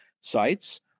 sites